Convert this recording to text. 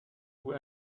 goût